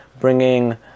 bringing